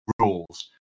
rules